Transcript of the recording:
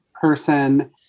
person